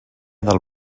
del